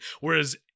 whereas